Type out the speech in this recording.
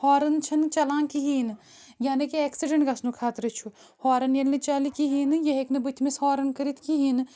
ہارَن چھَنہٕ چَلان کِہیٖنۍ نہٕ یعنی کہِ ایٚکسِڈٮ۪نٛٹ گژھنُک خطرٕ چھُ ہارَن ییٚلہِ نہٕ چَلہِ کِہیٖنۍ نہٕ یہِ ہیٚکہِ نہٕ بٕتھمِس ہارَن کٔرِتھ کِہیٖنۍ نہٕ